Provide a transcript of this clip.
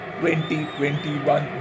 2021